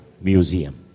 Museum